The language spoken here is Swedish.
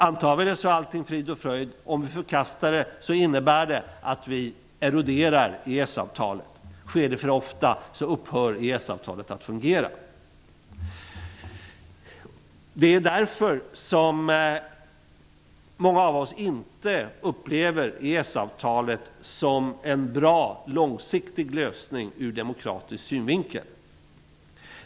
Om vi antar dem är allting frid och fröjd. Om vi förkastar dem innebär det att vi eroderar EES-avtalet. Om det sker för ofta upphör EES-avtalet att fungera. Därför upplever många av oss inte EES-avtalet som en bra långsiktig lösning ur demokratisk synvinkel.